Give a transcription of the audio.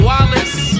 Wallace